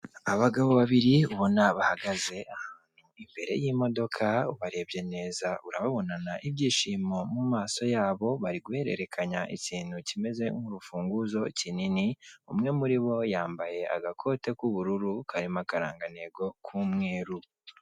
Abagabo babiri ubona bahagaze imbere y'imodoka, ubarebye neza urababonana ibyishimo mu maso yabo. Bari guhererekanya ikintu kimeze nk'urufunguzo kinini, umwe muri bo yambaye agakote k'ubururu karimo akarangantego k'umweru.